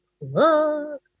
look